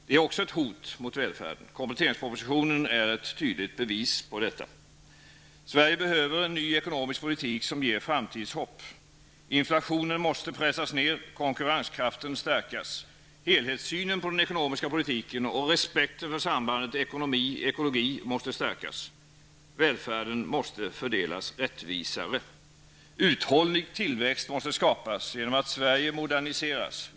Det är ett hot mot välfärden. Kompletteringspropositionen är ett tydligt bevis på detta. Sverige behöver en ny ekonomisk politik som ger framtidshopp. Inflationen måste pressas ned och konkurrenskraften stärkas. Helhetssynen på den ekonomiska politiken och respekten för sambandet ekonomiekologi måste stärkas. Välfärden måste fördelas rättvisare. Uthållig tillväxt måste skapas genom att Sverige moderniseras.